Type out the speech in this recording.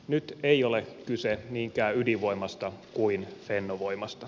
nyt ei ole kyse niinkään ydinvoimasta kuin fennovoimasta